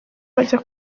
bajya